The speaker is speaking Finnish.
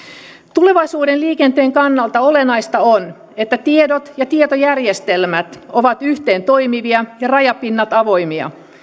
tulevaisuuden liikenteen kannalta olennaista on että tiedot ja tietojärjestelmät ovat yhteentoimivia ja rajapinnat avoimia